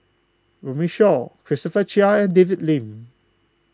Runme Shaw Christopher Chia and David Lim